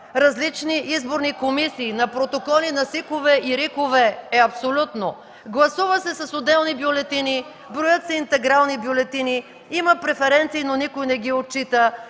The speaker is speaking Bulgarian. различни изборни комисии, на протоколи на СИК-ове и РИК-ове, е абсолютно. Гласува се с отделни бюлетини, броят се интегрални бюлетини, има преференции, но никой не ги отчита.